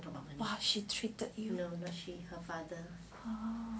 !wah! she treated you